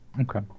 Okay